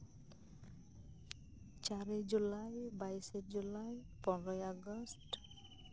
ᱪᱟᱨᱮ ᱫᱩᱞᱟᱭ ᱵᱟᱭᱤᱥᱮ ᱡᱩᱞᱟᱭ ᱯᱚᱱᱨᱚᱭ ᱟᱜᱚᱥᱴ